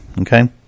Okay